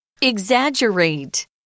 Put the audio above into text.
Exaggerate